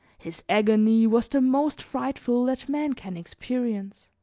his agony was the most frightful that man can experience.